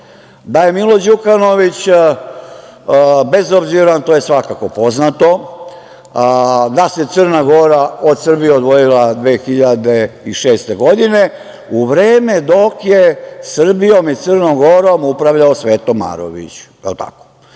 Da je Milo Đukanović bezobziran, to je svakako poznato, da se Crna Gora odvojila od Srbije 2006. godine, u vreme dok je Srbijom i Crnom Gorom upravljao Sveto Marović, jel tako?